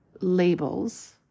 labels